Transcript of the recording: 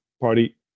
party